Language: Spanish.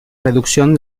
reducción